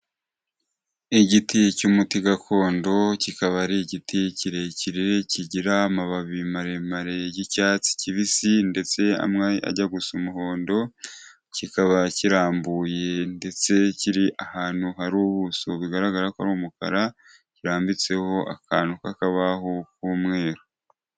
Igiti cy'umuti gakondo, kikaba ari igiti kirekire kigira amababi maremare y'icyatsi kibisi ndetse amwe ajya gusa umuhondo, kikaba kirambuye ndetse kiri ahantu hari ubuso bigaragara ko ari umukara, kirambitseho akantu k'akabaho k'umweru.